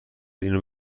اینو